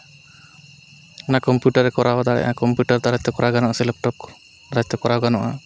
ᱚᱱᱟ ᱠᱚᱢᱯᱩᱴᱟᱨ ᱨᱮ ᱠᱚᱨᱟᱣ ᱫᱟᱲᱮᱭᱟᱜᱼᱟ ᱠᱚᱢᱯᱩᱴᱟᱨ ᱫᱟᱨᱟᱭ ᱛᱮ ᱠᱚᱨᱟᱣ ᱜᱟᱱᱚᱜᱼᱟ ᱥᱮ ᱞᱮᱯᱴᱚᱯ ᱫᱟᱨᱟᱭ ᱛᱮ ᱠᱚᱨᱟᱣ ᱜᱟᱱᱚᱜᱼᱟ